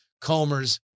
Comer's